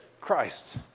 Christ